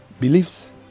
beliefs